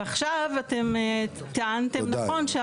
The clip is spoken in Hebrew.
ועכשיו אתם טענתם נכון,